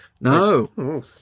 No